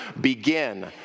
begin